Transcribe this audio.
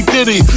Diddy